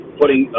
putting